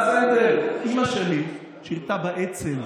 יועז הנדל, אימא שלי שירתה באצ"ל.